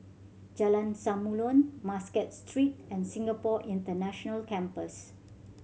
Jalan Samulun Muscat Street and Singapore International Campus